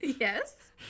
Yes